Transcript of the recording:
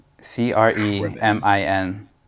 C-R-E-M-I-N